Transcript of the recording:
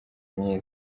myiza